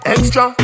Extra